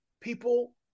people